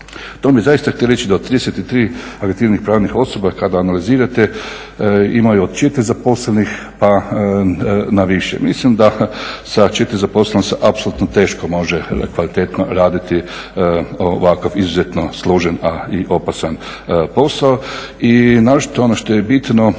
To bi zaista htio reći da od 33 akreditiranih pravnih osoba kada analizirate imaju od 4 zaposlenih pa na više. Mislim da se sa 4 zaposlena se apsolutno teško može kvalitetno raditi ovakav izuzetno složen i opasan posao i naročito ono što je bitno